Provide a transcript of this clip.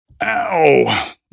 Ow